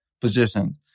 position